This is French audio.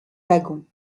lagons